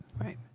right